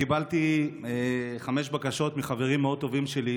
קיבלתי חמש בקשות מחברים מאוד טובים שלי,